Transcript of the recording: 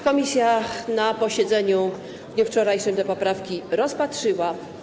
Komisja na posiedzeniu w dniu wczorajszym te poprawki rozpatrzyła.